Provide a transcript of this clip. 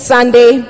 Sunday